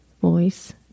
Voice